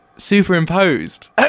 Superimposed